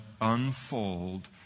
unfold